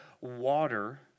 water